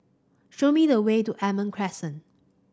show me the way to Almond Crescent